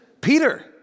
Peter